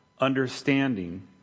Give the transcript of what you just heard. understanding